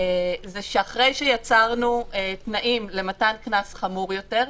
שאחרי שיצרנו תנאים למתן קנס חמור יותר,